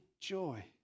joy